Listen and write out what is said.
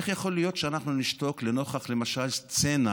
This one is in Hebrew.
איך יכול להיות שאנחנו נשתוק למשל לנוכח סצנה